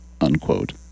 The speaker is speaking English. unquote